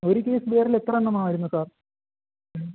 ഒരു കെയ്സ് ബിയറിലെത്ര എണ്ണമാണ് വരുന്നത് സാർ